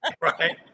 Right